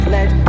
Let